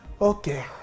Okay